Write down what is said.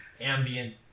ambient